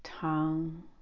Tongue